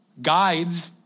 guides